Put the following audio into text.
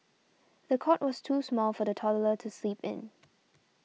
the cot was too small for the toddler to sleep in